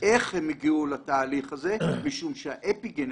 איך הם הגיעו לתהליך הזה, משום שהאפיגנטיקה,